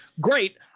great